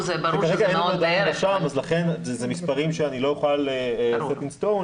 שכרגע אין עדיין רשם אז לכן אלה מספרים שאני לא אוכל לתת --- ברור,